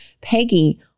Peggy